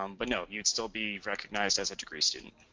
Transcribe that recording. um but no, you'd still be recognized as a degree student.